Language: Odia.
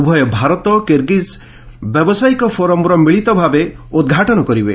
ଉଭୟ ଭାରତ କିରିଗିକ୍ ବ୍ୟବସାୟିକ ଫୋରମ୍ର ମିଳିତ ଭାବେ ଉଦ୍ଘାଟନ କରିବେ